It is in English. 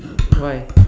why